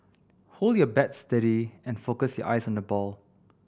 hold your bat steady and focus your eyes on the ball